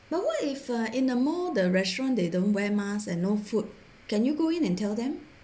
but what if uh in a mall the restaurant they don't wear masks and no food can you go in and tell them